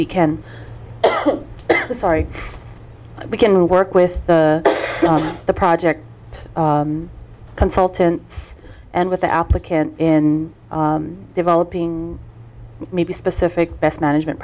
we can sorry we can work with the the project consultant and with the applicant in developing maybe specific best management